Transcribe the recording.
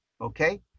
okay